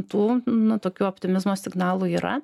tų nu tokių optimizmo signalų yra